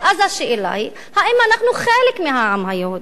השאלה היא: האם אנחנו חלק מהעם היהודי?